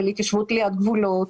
של התיישבות ליד גבולות,